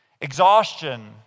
Exhaustion